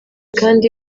kandi